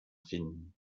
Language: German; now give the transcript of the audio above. finden